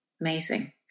amazing